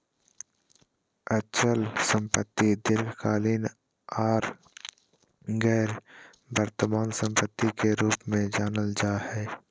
अचल संपत्ति दीर्घकालिक आर गैर वर्तमान सम्पत्ति के रूप मे जानल जा हय